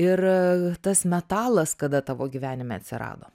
ir tas metalas kada tavo gyvenime atsirado